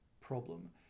problem